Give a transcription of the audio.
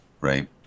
Right